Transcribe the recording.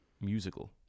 Musical